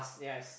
yes